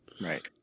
right